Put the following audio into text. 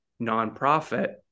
nonprofit